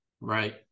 Right